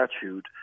statute